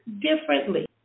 differently